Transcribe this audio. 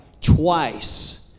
twice